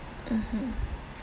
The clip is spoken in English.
mmhmm